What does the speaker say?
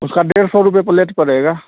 उसका डेढ़ सौ रुपये प्लेट पड़ेगा